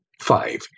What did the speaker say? Five